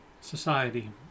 society